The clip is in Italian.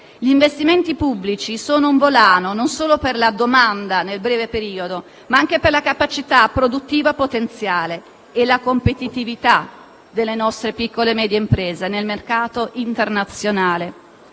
Gli investimenti pubblici sono un volano, non solo per la domanda nel breve periodo, ma anche per la capacità produttiva potenziale e la competitività delle nostre piccole e medie imprese nel mercato internazionale.